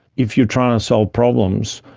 if you're trying to solve problems,